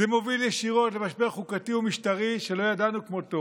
זה מוביל ישירות למשבר חוקתי ומשטרי שלא ידענו כמותו,